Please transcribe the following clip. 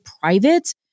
private